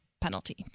penalty